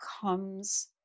comes